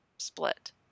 split